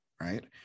right